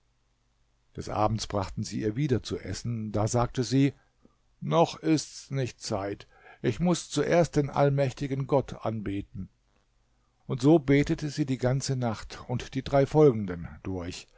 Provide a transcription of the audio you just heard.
des abends brachten sie ihr wieder zu essen da sagte sie noch ist's nicht zeit ich muß zuerst den allmächtigen gott anbeten und so betete sie die ganze nacht und die drei folgenden durch